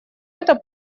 это